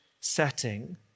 setting